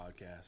Podcast